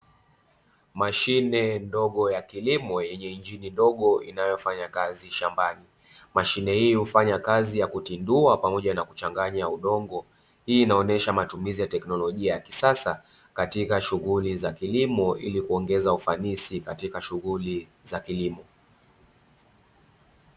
Mashine ndogo ya kilimo yenye injiNI ndogo inayofanya kazi shambani, mashine hii hufanya kazi ya kutindua pamoja na kuchanganya udongo, hii inaonyesha matumizi ya teknolojia ya kisasa katika shughuli za kilimo ili kuongeza ufanisi katika shughuli za kilimo.